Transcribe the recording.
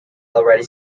already